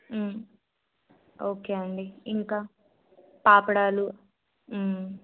okay అండి ఇంకా పాపడాలు